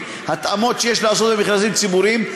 התאמות שיש לעשות במכרזים ציבוריים,